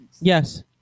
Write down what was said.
Yes